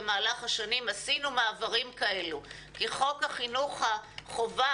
במהלך השנים עשינו מעברים כאלה כי חוק חינוך חובה